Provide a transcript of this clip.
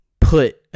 put